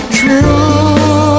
true